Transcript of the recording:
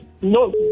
no